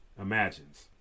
imagines